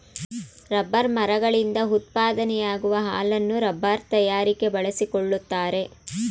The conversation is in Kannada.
ರಬ್ಬರ್ ಮರಗಳಿಂದ ಉತ್ಪಾದನೆಯಾಗುವ ಹಾಲನ್ನು ರಬ್ಬರ್ ತಯಾರಿಕೆ ಬಳಸಿಕೊಳ್ಳುತ್ತಾರೆ